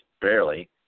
barely